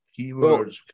keywords